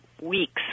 weeks